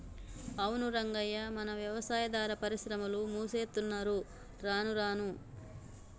అవును రంగయ్య మన యవసాయాదార పరిశ్రమలు మూసేత్తున్నరు రానురాను